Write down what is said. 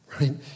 Right